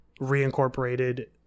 reincorporated